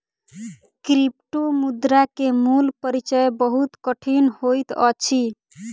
क्रिप्टोमुद्रा के मूल परिचय बहुत कठिन होइत अछि